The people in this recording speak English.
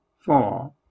Four